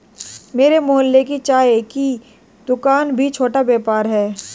मेरे मोहल्ले की चाय की दूकान भी छोटा व्यापार है